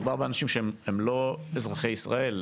מדובר באנשים שהם לא אזרחי ישראל.